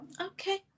okay